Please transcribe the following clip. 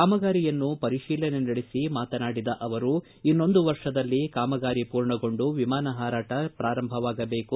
ಕಾಮಗಾರಿಯನ್ನು ನಿನ್ನೆ ಪರಿಶೀಲಿಸಿ ಮಾತನಾಡಿದ ಅವರು ಇನ್ನೊಂದು ವರ್ಷದಲ್ಲಿ ಕಾಮಗಾರಿ ಪೂರ್ಣಗೊಂಡು ವಿಮಾನ ಹಾರಾಟ ಪ್ರಾರಂಭವಾಗಬೇಕು